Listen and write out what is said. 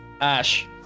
Ash